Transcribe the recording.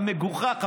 אתה מגוחך,